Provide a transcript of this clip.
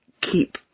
keep